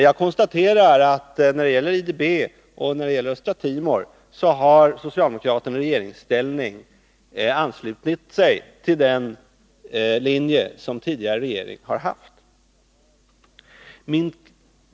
Jag konstaterar att när det gäller IDB och när det gäller Östra Timor har socialdemokraterna i regeringsställning anslutit sig till den linje som tidigare regering har haft.